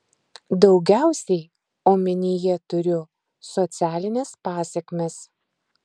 daugiausiai omenyje turiu socialines pasekmes